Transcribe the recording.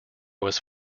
was